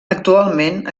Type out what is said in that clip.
actualment